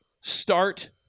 start